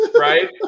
Right